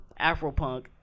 Afropunk